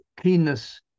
keenness